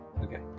Okay